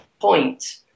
point